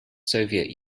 soviet